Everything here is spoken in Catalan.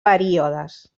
períodes